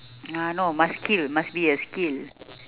ah no must skill must be a skill